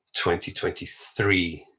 2023